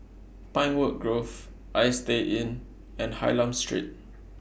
Pinewood Grove Istay Inn and Hylam Street